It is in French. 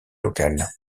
locales